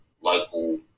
local